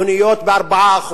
מוניות ב-4%,